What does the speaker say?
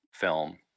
film